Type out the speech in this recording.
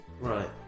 Right